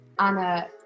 Anna